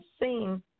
seen